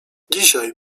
dzisiaj